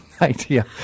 idea